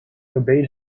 obeyed